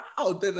wow